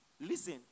Listen